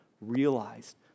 realized